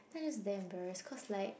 I just damn embarrass cause like